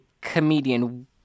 comedian